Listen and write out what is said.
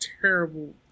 terrible